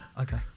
okay